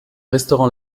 restaurant